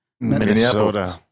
Minnesota